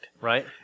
right